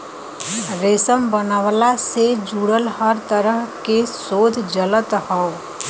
रेशम बनवला से जुड़ल हर तरह के शोध चलत हौ